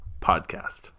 podcast